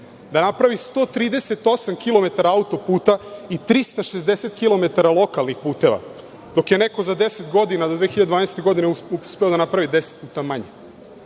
da napravi 138 km autoputa i 360 km lokalnih puteva, dok je neko za 10 godina do 2012. godine uspeo da napravi 10 puta manje. Vlada